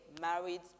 married